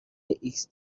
ایکس